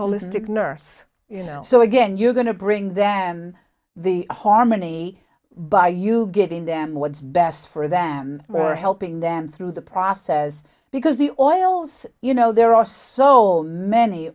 holistic nurse so again you're going to bring them the harmony but are you giving them what's best for them or helping them through the process because the oils you know there are so many